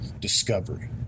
discovery